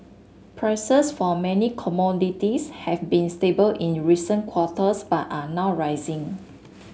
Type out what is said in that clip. prices for many commodities have been stable in recent quarters but are now rising